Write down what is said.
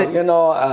you know,